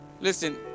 Listen